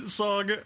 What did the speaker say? song